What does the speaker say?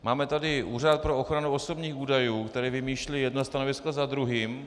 Máme tady Úřad pro ochranu osobních údajů, který vymýšlí jedno stanovisko za druhým.